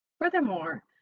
Furthermore